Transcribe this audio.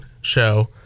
show